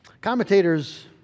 Commentators